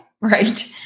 Right